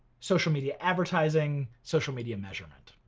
social media advertising, social media measurement.